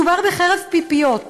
מדובר בחרב פיפיות,